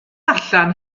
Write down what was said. allan